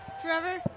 Trevor